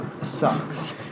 sucks